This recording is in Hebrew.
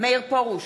מאיר פרוש,